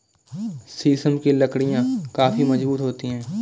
शीशम की लकड़ियाँ काफी मजबूत होती हैं